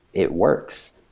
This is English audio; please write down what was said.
it works.